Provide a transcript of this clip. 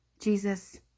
Jesus